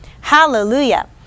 Hallelujah